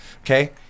Okay